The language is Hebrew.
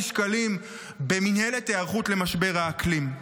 שקלים במינהלת היערכות למשבר האקלים.